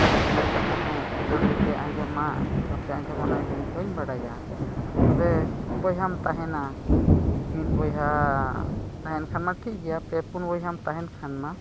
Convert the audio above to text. ᱟᱨ ᱢᱮᱱ ᱠᱟᱛᱮᱼᱦᱚᱸ ᱟᱯᱮᱼᱯᱮ ᱟᱸᱡᱚᱢᱟ ᱵᱟᱝᱯᱮ ᱟᱸᱡᱚᱢᱟ ᱤᱧᱫᱚ ᱵᱟᱹᱧ ᱵᱟᱰᱟᱭᱟ ᱛᱚᱵᱮ ᱵᱚᱭᱦᱟᱢ ᱛᱟᱦᱮᱱᱟ ᱢᱤᱫ ᱵᱚᱭᱦᱟ ᱛᱟᱦᱮᱱ ᱠᱷᱟᱱ ᱢᱟ ᱴᱷᱤᱠ ᱜᱮᱭᱟ ᱯᱮ ᱯᱩᱱ ᱵᱚᱭᱦᱟᱢ ᱛᱟᱦᱮᱱ ᱠᱷᱟᱱ ᱢᱟ